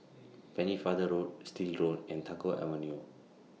Pennefather Road Still Road and Tagore Avenue